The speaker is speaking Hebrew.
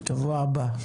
שורק למחלף